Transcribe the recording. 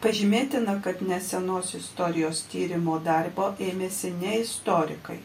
pažymėtina kad nesenos istorijos tyrimo darbo ėmėsi ne istorikai